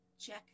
check